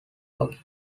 hockey